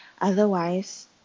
Otherwise